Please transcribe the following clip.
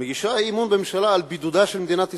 מגישה אי-אמון בממשלה על בידודה של מדינת ישראל.